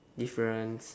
difference